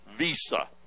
Visa